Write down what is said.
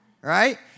Right